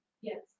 Yes